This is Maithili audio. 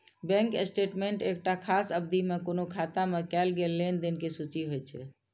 बैंक स्टेटमेंट एकटा खास अवधि मे कोनो खाता मे कैल गेल लेनदेन के सूची होइ छै